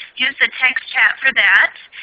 use the text chat for that.